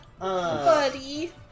Buddy